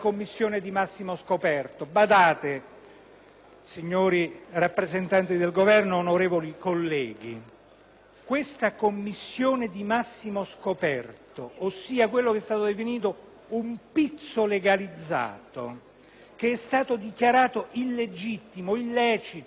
signori rappresentanti del Governo, onorevoli colleghi, la commissione di massimo scoperto, ossia quello che è stato definito un pizzo legalizzato, che è stato dichiarato illegittimo ed illecito dalla Cassazione,